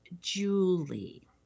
Julie